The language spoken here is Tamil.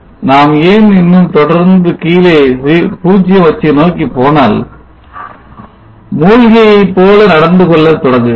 நாம் இன்னும் தொடர்ந்து கீழே 0 அச்சை நோக்கி போனால் மூழ்கியை போல நடந்து கொள்ள தொடங்குகிறது